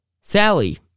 Sally